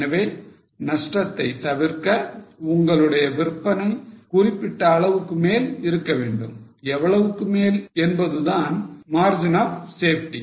எனவே நஷ்டத்தை தவிர்க்க உங்களுடைய விற்பனை குறிப்பிட்ட அளவுக்கு மேல் இருக்க வேண்டும் எவ்வளவுக்கு மேல் என்பது தான் margin of safety